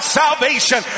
salvation